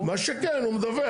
מה שכן, הוא מדווח.